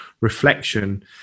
reflection